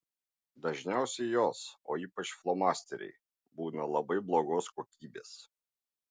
dažniausiai jos o ypač flomasteriai būna labai blogos kokybės